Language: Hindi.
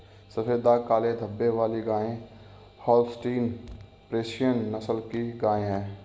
सफेद दाग काले धब्बे वाली गाय होल्सटीन फ्रिसियन नस्ल की गाय हैं